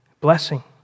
blessing